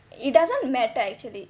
it doesn't matter actually